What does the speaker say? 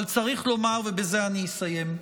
אבל צריך לומר, ובזה אני מסיים: